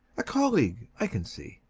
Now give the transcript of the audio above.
a colleague, i can see.